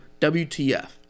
WTF